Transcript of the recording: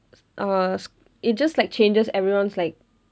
uh it just like changes everyone's like